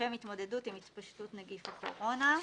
לשם התמודדות עם התפשטות נגיף הקורונה.